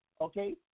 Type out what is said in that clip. okay